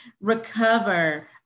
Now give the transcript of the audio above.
recover